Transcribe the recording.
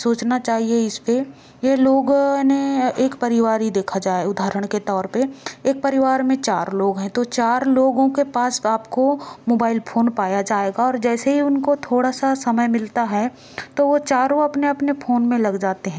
सोचना चाहिए इसपे ये लोगों ने एक परिवार ही देखा जाए उदहारण के तौर पे एक परिवार में चार लोग हैं तो चार लोगों के पास आपको मोबाइल फोन पाया जाएगा और जैसे ही उनको थोड़ा सा समय मिलता है तो वो चारों अपने अपने फोन में लग जाते हैं